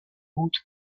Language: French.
hautes